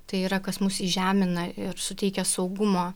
tai yra kas mus įžemina ir suteikia saugumo